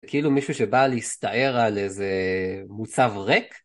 כאילו מישהו שבא להסתער על איזה מוצב ריק.